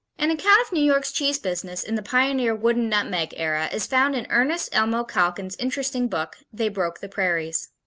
an account of new york's cheese business in the pioneer wooden nutmeg era is found in ernest elmo calkins' interesting book, they broke the prairies.